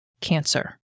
cancer